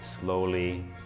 slowly